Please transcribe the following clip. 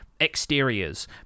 exteriors